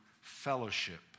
fellowship